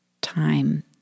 time